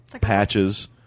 patches